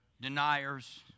deniers